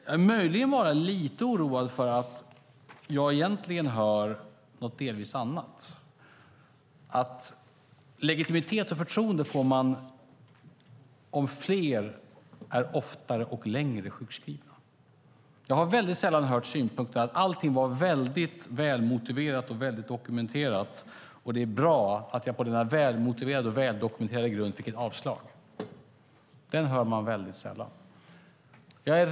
Jag är möjligen lite oroad för att jag egentligen hör något delvis annat, att legitimitet och förtroende får man om fler är oftare och längre sjukskrivna. Jag har sällan hört synpunkten att allting var väldigt välmotiverat och väldokumenterat och att det var bra att jag på denna välmotiverade och väldokumenterade grund fick ett avslag. Den synpunkten hör jag väldigt sällan.